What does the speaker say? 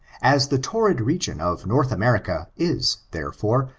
as the torrid region of north america is, therefore,